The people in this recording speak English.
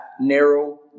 narrow